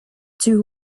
two